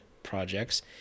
projects